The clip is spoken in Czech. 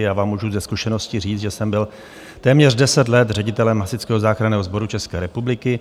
Já vám můžu ze zkušenosti říct, že jsem byl téměř 10 let ředitelem Hasičského záchranného sboru České republiky.